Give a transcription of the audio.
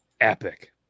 Epic